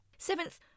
Seventh